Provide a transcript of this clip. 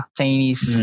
Chinese